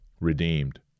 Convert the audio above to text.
redeemed